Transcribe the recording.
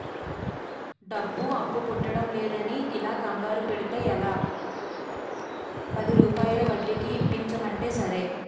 డబ్బు అప్పు పుట్టడంలేదని ఇలా కంగారు పడితే ఎలా, పదిరూపాయల వడ్డీకి ఇప్పించమంటే సరే